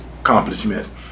accomplishments